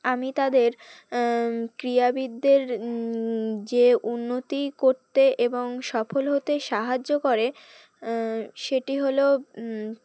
আমি তাদের ক্রীড়াবিদদের যে উন্নতি করতে এবং সফল হতে সাহায্য করে সেটি হলো